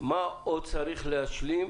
מה עוד צריך להשלים